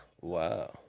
Wow